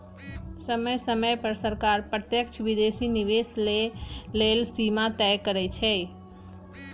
समय समय पर सरकार प्रत्यक्ष विदेशी निवेश लेल सीमा तय करइ छै